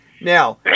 Now